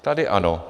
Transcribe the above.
Tady ano.